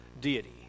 deity